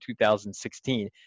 2016